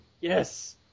Yes